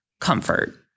comfort